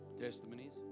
testimonies